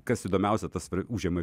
kas įdomiausia tas užima